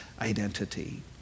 identity